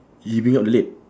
he bring up the leg